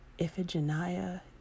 Iphigenia